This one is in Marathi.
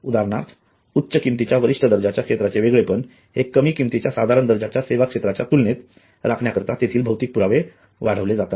उदाहरणार्थ उच्च किंमतीच्या वरिष्ठ दर्जाच्या क्षेत्राचे वेगळेपण हे कमी किमतीच्या साधारण दर्जाच्या सेवा क्षेत्राच्या तुलनेत राखण्याकरिता तेथील भौतिक पुरावे वाढविले जातात